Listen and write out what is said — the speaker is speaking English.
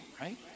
right